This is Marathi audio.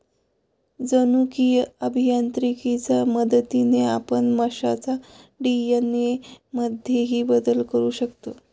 जनुकीय अभियांत्रिकीच्या मदतीने आपण माशांच्या डी.एन.ए मध्येही बदल करू शकतो